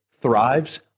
thrives